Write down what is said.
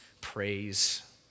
praise